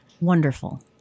wonderful